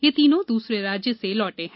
यह तीनों दूसरे राज्य से लौटे हैं